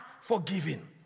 forgiven